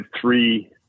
three